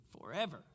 forever